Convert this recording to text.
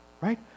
right